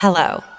Hello